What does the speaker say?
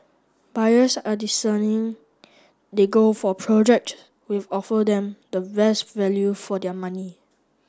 buyers are discerning they go for project with offer them the best value for their money